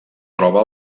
troba